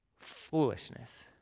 Foolishness